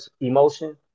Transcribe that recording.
emotion